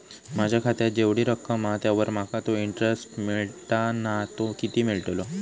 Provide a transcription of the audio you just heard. माझ्या खात्यात जेवढी रक्कम हा त्यावर माका तो इंटरेस्ट मिळता ना तो किती मिळतलो?